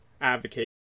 advocate